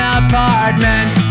apartment